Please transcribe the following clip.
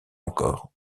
encore